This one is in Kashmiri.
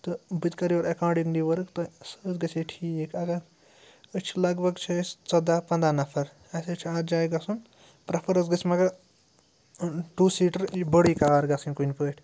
تہٕ بہٕ تہِ کَرٕ یورٕ اٮ۪کاڈِنٛگلی ؤرٕک تہٕ سُہ حظ گَژھے ٹھیٖک اگر أسۍ چھِ لَگ بگ چھِ أسۍ ژۄداہ پنٛداہ نَفر اَسہِ حظ چھُ اَتھ جایہِ گَژھُن پرٛٮ۪فَر حظ گٔژھ مگر ٹوٗ سیٖٹَر یہِ بٔڑٕے کار گَژھٕنۍ کُنہِ پٲٹھۍ